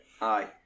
Aye